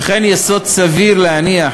וכן יסוד סביר להניח